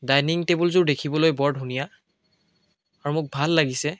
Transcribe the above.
dining টেবুলযোৰ দেখিবলৈ বৰ ধুনীয়া আৰু মোৰ ভাল লাগিছে